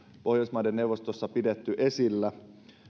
pohjoismaiden neuvostossa pidetty esillä